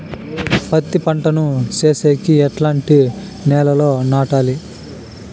పత్తి పంట ను సేసేకి ఎట్లాంటి నేలలో నాటాలి?